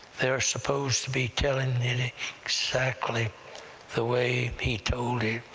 they're supposed to be telling it it exactly the way he told it,